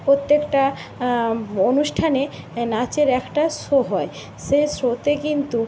প্রত্যেকটা অনুষ্ঠানে নাচের একটা শো হয় সে শোতে কিন্তু